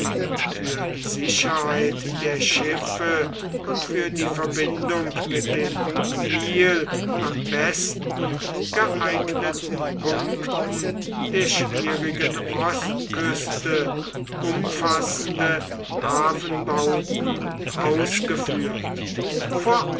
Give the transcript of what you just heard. für die sicherheit der schiffe und für die verbindung mit dem nil am besten geeigneten punkten der schwierigen ostküste umfassende hafenbauten ausgeführt